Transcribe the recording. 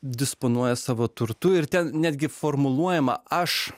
disponuoja savo turtu ir ten netgi formuluojama aš